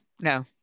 no